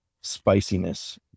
spiciness